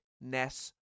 Ness